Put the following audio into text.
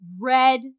Red